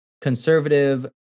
conservative